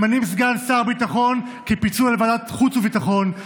ממנים סגן שר ביטחון כפיצוי על ועדת החוץ והביטחון,